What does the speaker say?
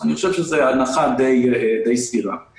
אני חושב שזו הנחה די סבירה.